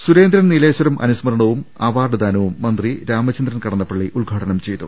സുരേന്ദ്രൻ നീലേശ്വരം അനുസ്മരണവും അവാർഡ് ദാനവും മന്ത്രി രാമചന്ദ്രൻ കടന്നപ്പള്ളി ഉദ്ഘാടനം ചെയ്തു